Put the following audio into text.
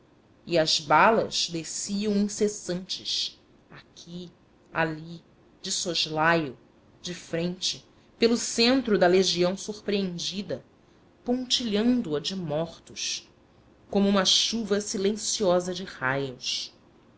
e as balas desciam incessantes aqui ali de soslaio de frente pelo centro da legião surpreendida pontilhando a de mortos como uma chuva silenciosa de raios